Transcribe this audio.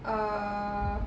err